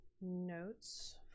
notes